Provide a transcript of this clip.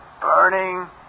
burning